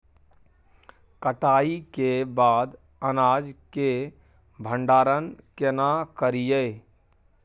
कटाई के बाद अनाज के भंडारण केना करियै?